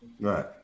Right